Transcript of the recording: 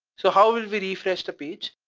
so how will be refresh the page?